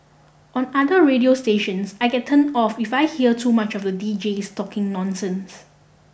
on other radio stations I get turned off if I hear too much of the deejays talking nonsense